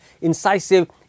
incisive